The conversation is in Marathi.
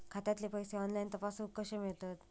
खात्यातले पैसे ऑनलाइन तपासुक कशे मेलतत?